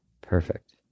Perfect